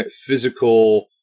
physical